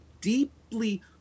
deeply